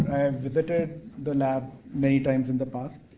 i visited the lab many times in the past,